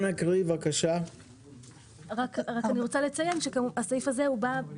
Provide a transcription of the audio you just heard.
במקום אחר בחוק כשרצינו להחיל פוזיטיבית את החוקים על חברי הוועדה,